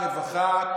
הרווחה,